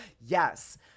Yes